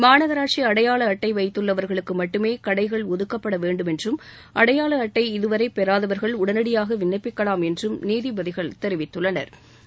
மாநகராட்சி அடையாள அட்டை வைத்துள்ளவர்களுக்கு மட்டுமே கடைகள் ஒதுக்கப்பட வேண்டும் என்றும் அடையாள அட்டை இதுவரை பெறாதவர்கள் உடனடியாக விண்ணப்பிக்கலாம் என்றும் நீதிபதிகள் தெரிவித்துள்ளனா்